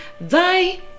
thy